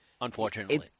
unfortunately